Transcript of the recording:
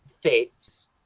fits